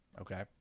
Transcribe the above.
Okay